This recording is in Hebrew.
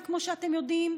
לחלקן, כמו שאתם יודעים,